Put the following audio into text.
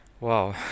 Wow